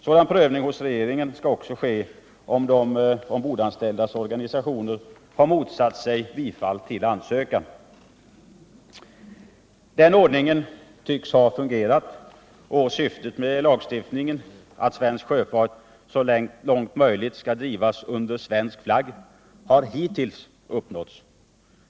Sådan prövning hos regeringen skall också ske, om de ombordanställdas organisationer har motsatt sig bifall till ansökan. Den ordningen tycks ha fungerat, och syftet med lagstiftningen — att svensk sjöfart så långt möjligt skall drivas under svensk flagg — har hittills uppnåtts.